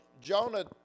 Jonah